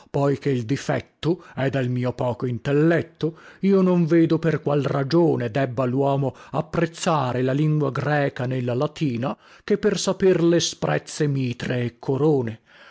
poi che il difetto è dal mio poco intelletto io non vedo per qual ragione debba luomo apprezzare la lingua greca né la latina che per saperle sprezze mitre e corone